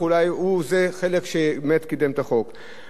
הרפורמה של שינויים מבניים דרמטיים כאלה,